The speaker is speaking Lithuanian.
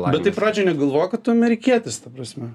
bet jie pradžioj negalvojo kad tu amerikietis ta prasme